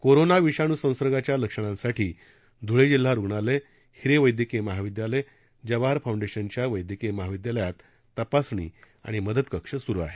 corona विषाणू संसर्गाच्या लक्षणांसाठी ध्वळे जिल्हा रुग्णालय हिरे वप्त्यकीय महाविद्यालय जवाहर फाऊंडेशनच्या वप्त्यकीय महाविद्यालयात तपासणी आणि मदत कक्ष सुरू आहेत